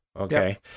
Okay